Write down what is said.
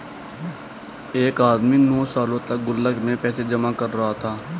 एक आदमी नौं सालों तक गुल्लक में पैसे जमा कर रहा था